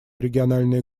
региональные